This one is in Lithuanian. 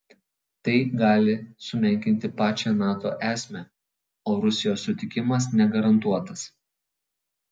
tai gali sumenkinti pačią nato esmę o rusijos sutikimas negarantuotas